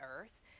earth